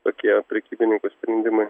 tokie prekybininkų sprendimai